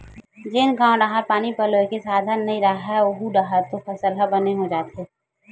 जेन गाँव डाहर पानी पलोए के साधन नइय रहय ओऊ डाहर तो फसल ह बने हो जाथे